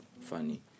funny